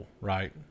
right